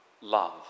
love